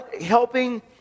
helping